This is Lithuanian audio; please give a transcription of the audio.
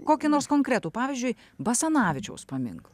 kokį nors konkretų pavyzdžiui basanavičiaus paminklą